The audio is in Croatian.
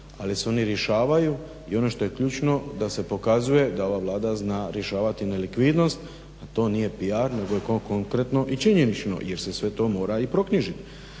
ali se oni rješavaju i ono što je ključno da se pokazuje da ova Vlada zna rješavati nelikvidnost, a to nije PR nego je to konkretno i činjenično jer se sve to mora i proknjižiti.